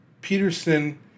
Peterson